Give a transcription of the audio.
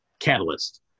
catalyst